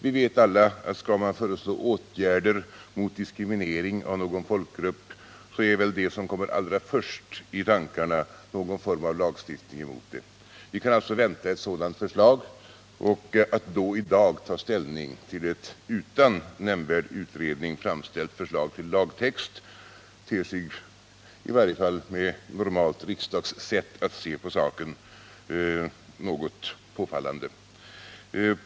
Vi vet alla att skall man föreslå åtgärder mot diskriminering av någon folkgrupp, så är det som först kommer i tankarna någon form av lagstiftning. Vi kan alltså vänta ett sådant förslag. Att då i dag ta ställning till ett utan nämnvärd utredning framställt förslag till lagtext ter sig — i varje fall med normalt riksdagssätt att se på saken — något påfallande.